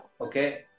Okay